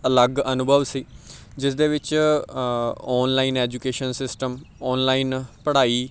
ਅਲੱਗ ਅਨੁਭਵ ਸੀ ਜਿਸ ਦੇ ਵਿੱਚ ਔਨਲਾਈਨ ਐਜੂਕੇਸ਼ਨ ਸਿਸਟਮ ਔਨਲਾਈਨ ਪੜ੍ਹਾਈ